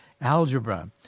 algebra